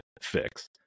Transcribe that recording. fix